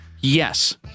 Yes